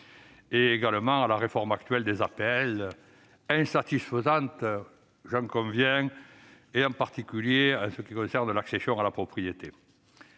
mandat, et à la réforme actuelle de ces aides, insatisfaisante, j'en conviens, en particulier pour ce qui concerne l'accession à la propriété.